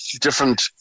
different